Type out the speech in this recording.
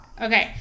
Okay